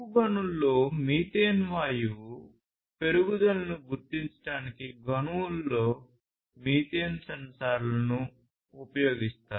బొగ్గు గనులలో మీథేన్ వాయువు పెరుగుదలను గుర్తించడానికి గనులలో మీథేన్ సెన్సార్లను ఉపయోగిస్తారు